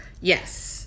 Yes